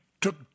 took